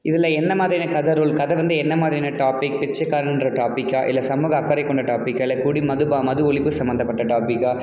இதில் என்ன மாதிரியான கதை ரோல் கதை வந்து என்ன மாதிரியான டாப்பிக் பிச்சைக்காரன்ற டாப்பிக்கா இல்லை சமூக அக்கறை கொண்ட டாப்பிக்காக இல்லை குடி மது ப மது ஒழிப்பு சம்பந்தப்பட்ட டாப்பிக்கா